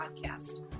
podcast